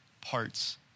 parts